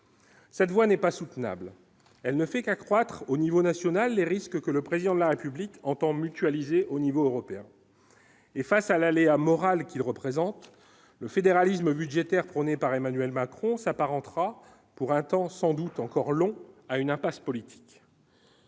Cette voie n'est pas soutenable, elle ne fait qu'accroître au niveau national, les risques que le président de la République entend mutualiser au niveau européen et face à l'aléa moral qu'il représente le fédéralisme budgétaire prônée par Emmanuel Macron s'apparentera pour un temps sans doute encore long à une impasse politique.